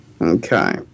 Okay